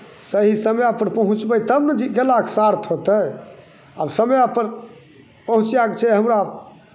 सही समयपर पहुँचबै तब ने जी गेलाके सार्थ होतै आब समयपर पहुँचैक छै हमरा